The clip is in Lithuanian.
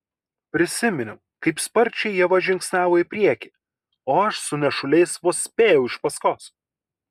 prisiminiau kaip sparčiai ieva žingsniavo į priekį o aš su nešuliais vos spėjau iš paskos